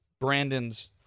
Brandon's